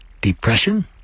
depression